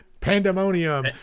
Pandemonium